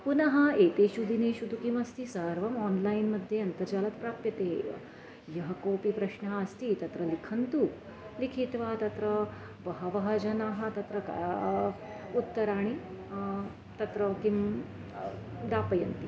पुनः एतेषु दिनेषु तु किमस्ति सर्वम् आन्लैन्मध्ये अन्तर्जालत् प्राप्यते एव यः कोपि प्रश्नः अस्ति तत्र लिखन्तु लिखित्वा तत्र बहवः जनाः तत्र का उत्तराणि तत्र किं दापयन्ति